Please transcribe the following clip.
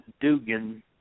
Dugan